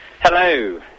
hello